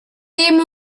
ddim